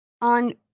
on